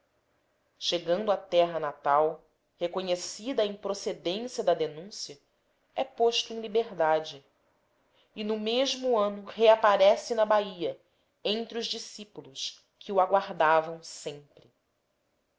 chegando à terra natal reconhecida a improcedência da denúncia é posto em liberdade e no mesmo ano reaparece na bahia entre os discípulos que o aguardavam sempre